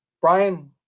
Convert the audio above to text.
Brian